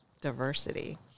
diversity